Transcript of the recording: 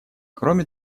кроме